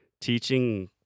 teaching